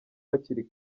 hakiri